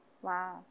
Wow